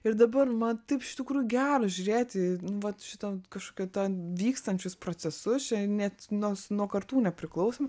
ir dabar man taip iš tikrųjų gera žiūrėti vat šitą kažkokią ten vykstančius procesus čia net nors nuo kartų nepriklausomų